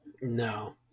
no